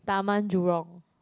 Taman-Jurong